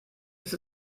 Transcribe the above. ist